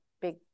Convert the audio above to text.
big